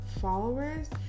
followers